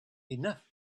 enough